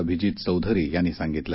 अभिजित चौधरी यांनी सांगितलं